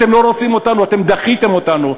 אתם לא רוצים אותנו, אתם דחיתם אותנו.